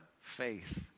Faith